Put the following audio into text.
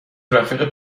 رفیق